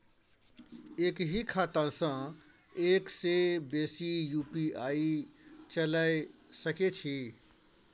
एक ही खाता सं एक से बेसी यु.पी.आई चलय सके छि?